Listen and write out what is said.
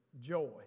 joy